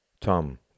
Tom